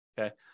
Okay